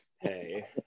hey